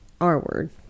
R-word